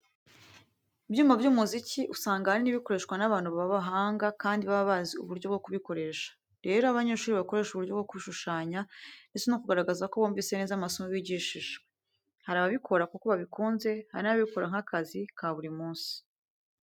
Ibyuma by'umuziki usanga ahanini bikoreshwa n'abantu b'abahanga kandi baba bazi uburyo bwo kubikoresha. Rero abanyeshuri bakoresha uburyo bwo kubishushanya ndetse no kugaragaza ko bumvise neza amasomo bigishijwe. Hari ababikora kuko babikunze, hari n'ababikora nk'akazi ka buri munsi.